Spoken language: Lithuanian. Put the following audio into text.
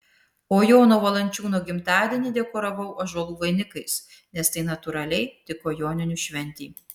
o jono valančiūno gimtadienį dekoravau ąžuolų vainikais nes tai natūraliai tiko joninių šventei